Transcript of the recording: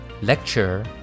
Lecture